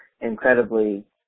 incredibly